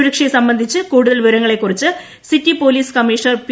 സുരക്ഷയെ സംബന്ധിച്ച് കൂടുതൽ വിവരങ്ങളുമായി സിറ്റി പോലീസ് കമ്മീഷണർ പി